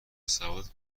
سواد